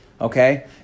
Okay